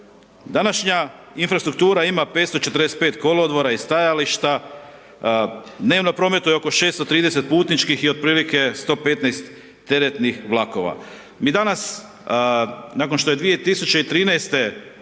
Današnja infrastruktura ima 545 kolodvora i stajališta, dnevno prometuje oko 630 putničkih i otprilike 115 teretnih vlakova. Mi danas nakon što je 2013.